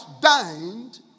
dined